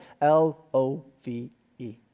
L-O-V-E